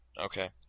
Okay